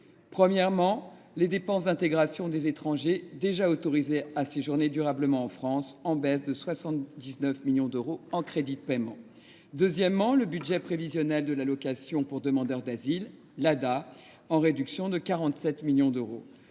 premièrement, les dépenses d’intégration des étrangers déjà autorisés à séjourner durablement en France, en baisse de 79 millions d’euros en crédits de paiement ; deuxièmement, le budget prévisionnel de l’allocation pour demandeur d’asile (ADA), en réduction de 47 millions d’euros